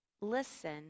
Listen